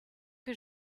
que